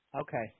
Okay